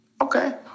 okay